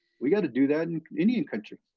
we've got to do that in indian country!